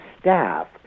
staff